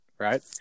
Right